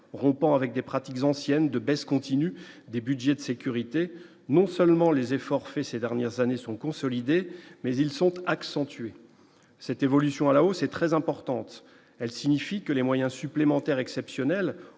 rompant avec des pratiques anciennes de baisse continue des Budgets de sécurité non seulement les efforts faits ces dernières années sont consolidées mais ils sont accentués cette évolution à la hausse est très importante, elle signifie que les moyens supplémentaires exceptionnels